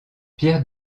pierre